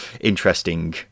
interesting